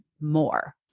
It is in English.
more